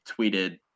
tweeted